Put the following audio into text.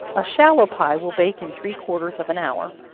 a shallow pie will bake in three-quarters of an hour.